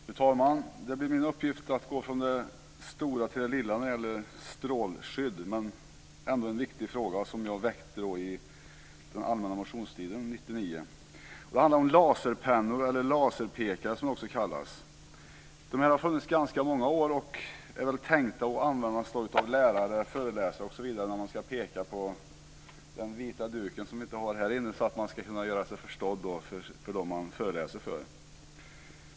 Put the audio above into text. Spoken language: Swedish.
Fru talman! Det blir min uppgift att gå från det stora till det lilla när det gäller strålskydd. Men det handlar ändå om en viktig fråga som jag väckte under den allmänna motionstiden 1999. Det handlar om laserpennor, eller laserpekare som de också kallas. Dessa har funnits i ganska många år och är väl tänkta att användas av lärare, föreläsare osv. som ska peka på den vita duken, någon sådan har vi inte här inne i kammaren, så att man ska kunna göra sig förstådd för dem man föreläser för.